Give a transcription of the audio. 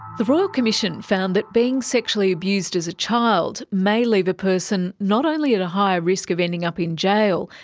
the royal commission found that being sexually abused as a child may leave a person not only at a higher risk of ending up in jail,